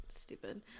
Stupid